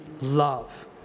love